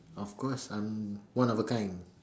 of course I'm one of a kind